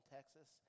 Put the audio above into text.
Texas